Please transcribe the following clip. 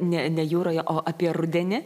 ne ne jūroje o apie rudenį